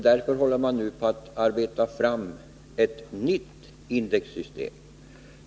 Därför håller man nu på och arbetar fram ett nytt indexsystem.